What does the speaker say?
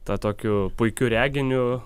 ta tokiu puikiu reginiu